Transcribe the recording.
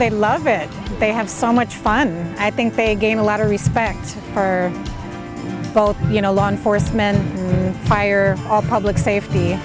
they love it they have so much fun i think they gain a lot of respect for both you know law enforcement fire all public safety